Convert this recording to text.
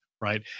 right